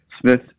Smith